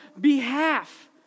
behalf